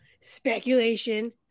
speculation